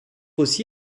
aussi